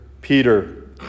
Peter